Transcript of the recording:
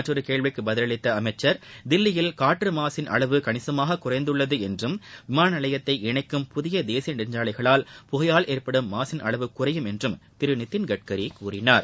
மற்றொரு கேள்விக்கு பதிலளித்த அமைச்சர் தில்லியில் காற்று மாசின் அளவு கணிசமாக குறைந்துள்ளது என்றும் விமான நிலையத்தை இணைக்கும் புதிய தேசிய நெடுஞ்சாலைகளால் புகையால் ஏற்படும் மாசின் அளவு குறையும் என்றும் திரு நிதின் கட்கரி கூழினார்